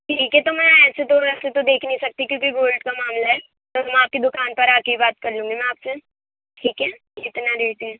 ٹھیک ہے تو میں ایسے دور رہ کے دیکھ نہیں سکتی کیونکہ گولڈ کا معاملہ ہے تو ہم آپ کی دوکان پر آ کے ہی بات کر لوں گی میں آپ سے ٹھیک ہے اطلاع دے کے